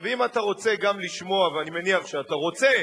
ואם אתה רוצה גם לשמוע, ואני מניח שאתה רוצה,